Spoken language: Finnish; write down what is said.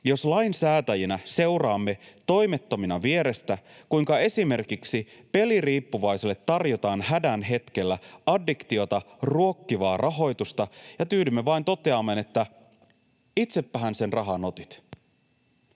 jos lainsäätäjinä seuraamme toimettomina vierestä, kuinka esimerkiksi peliriippuvaiselle tarjotaan hädän hetkellä addiktiota ruokkivaa rahoitusta, ja tyydymme vain toteamaan, että itsepähän sen rahan otit.